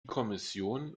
kommission